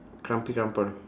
crumpy crumple